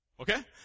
Okay